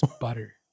butter